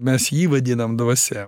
mes jį vadinam dvasia